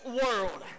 world